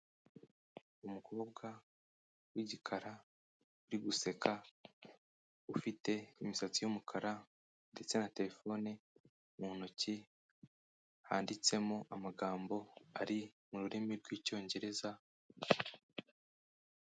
Umukobwa w'igikara uri guseka ufite imisatsi y'umukara ndetse na terefone mu ntoki handitsemo amagambo ari mu rurimi rw'icyongereza.